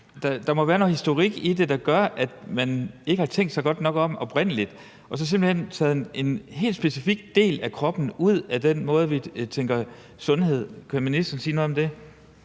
der må være noget historik i det, der gør, at man ikke har tænkt sig godt nok om oprindelig og så simpelt hen har taget en specifik del af kroppen ud af den måde, vi tænker sundhed på. Kan ministeren sige noget om det?